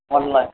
on line